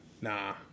nah